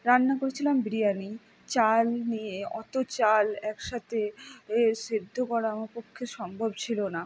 রান্না করেছিলাম বিরিয়ানি চাল নিয়ে অত চাল এক সাথে এ সেদ্ধ করা আমার পক্ষে সম্ভব ছিল না